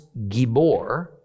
gibor